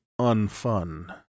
unfun